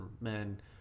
men